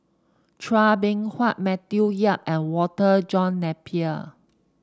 Chua Beng Huat Matthew Yap and Walter John Napier